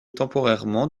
temporairement